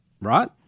right